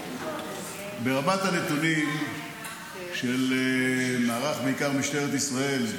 ברמת הנתונים של מערך, בעיקר משטרת ישראל,